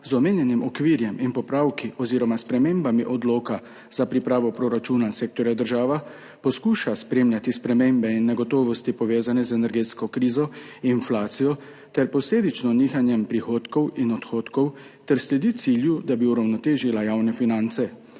z omenjenim okvirom in popravki oziroma spremembami odloka za pripravo proračuna sektorja država poskuša spremljati spremembe in negotovosti, povezane z energetsko krizo, inflacijo ter posledično nihanjem prihodkov in odhodkov, ter sledi cilju, da bi uravnotežila javne finance.